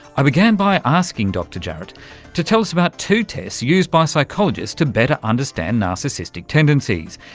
i began by asking dr jarrett to tell us about two tests used by psychologists to better understand narcissistic tendencies,